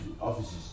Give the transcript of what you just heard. offices